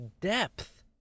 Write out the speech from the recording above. depth